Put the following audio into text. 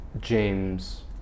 James